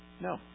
No